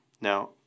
Now